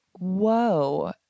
Whoa